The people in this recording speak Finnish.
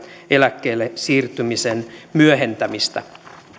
eläkkeelle siirtymisen myöhentämistä